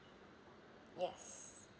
yes